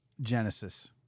Genesis